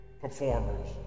performers